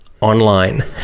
online